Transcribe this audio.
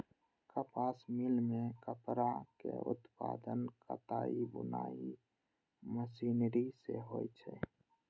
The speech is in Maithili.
कपास मिल मे कपड़ाक उत्पादन कताइ बुनाइ मशीनरी सं होइ छै